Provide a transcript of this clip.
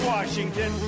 Washington